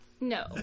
No